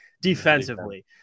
defensively